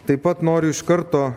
taip pat noriu iš karto